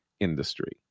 industry